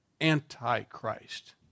anti-Christ